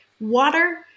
water